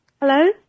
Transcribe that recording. Hello